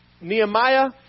Nehemiah